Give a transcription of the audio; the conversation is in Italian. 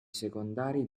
secondari